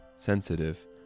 sensitive